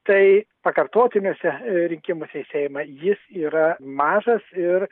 tai pakartotiniuose rinkimuose į seimą jis yra mažas ir